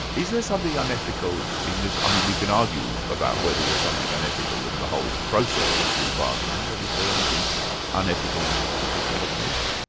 is there something unethical in this? i mean we can argue about whether there's something unethical in the whole process of plea bargaining, but is there anything unethical in this particular case?